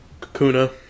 Kakuna